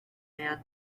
man